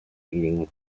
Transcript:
eating